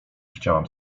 chciałam